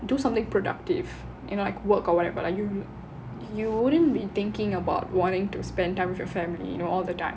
do something productive you know like work or whatever lah you you you wouldn't be thinking about wanting to spend time with your family you know all the time